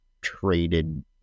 traded